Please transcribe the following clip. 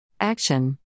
Action